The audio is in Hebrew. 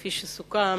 כפי שסוכם,